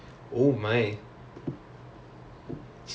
for the four years ya